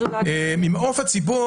ממעוף הציפור,